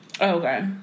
okay